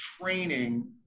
training